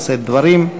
לשאת דברים.